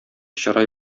чырай